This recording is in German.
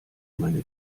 meine